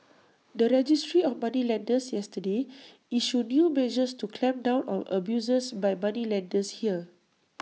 the registry of moneylenders yesterday issued new measures to clamp down on abuses by moneylenders here